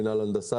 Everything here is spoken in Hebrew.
מינה להנדסה,